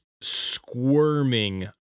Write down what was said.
squirming